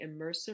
immersive